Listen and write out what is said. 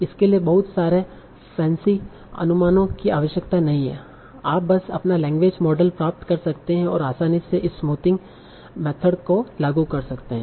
इसके लिए बहुत सारे फैंसी अनुमानों की आवश्यकता नहीं है आप बस अपना लैंग्वेज मॉडल प्राप्त कर सकते हैं और आसानी से इस स्मूथिंग मेथड को लागू कर सकते हैं